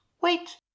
wait